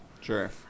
Sure